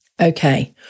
Okay